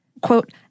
Quote